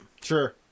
Sure